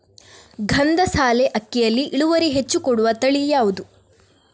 ಗಂಧಸಾಲೆ ಅಕ್ಕಿಯಲ್ಲಿ ಇಳುವರಿ ಹೆಚ್ಚು ಕೊಡುವ ತಳಿ ಯಾವುದು?